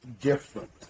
different